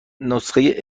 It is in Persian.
نسخه